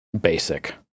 basic